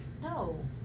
No